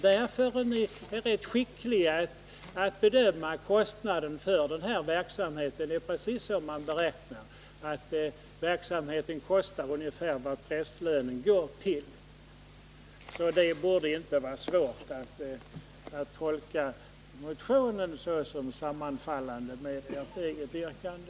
Ni är rätt skickliga att bedöma kostnaden för den här verksamheten. Den kostar, precis som ni beräknar, ungefär vad prästlönen uppgår till. Det borde inte vara svårt att tolka min motion såsom sammanfallande med ert eget yrkande.